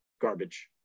garbage